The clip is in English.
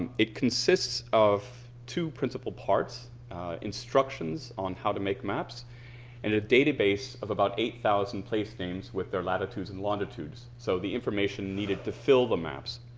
it consists of two principle parts instructions on how to make maps and a database of about eight thousand placenames with their latitudes and longitudes. so the information needed to fill the maps.